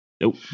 nope